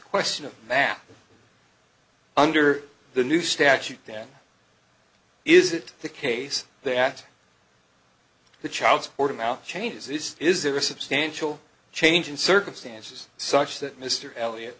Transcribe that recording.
question of that under the new statute down is it the case the at the child support amount changes is is there a substantial change in circumstances such that mr elliott